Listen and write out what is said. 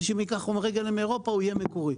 ואם ייקחו חומרי גלם מאירופה הוא יהיה מקורי.